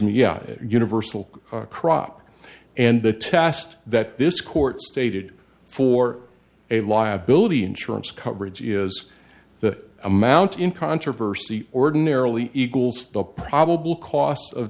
me yeah universal crop and the test that this court stated for a liability insurance coverage is the amount in controversy ordinarily equals the probable cost of